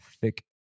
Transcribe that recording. thick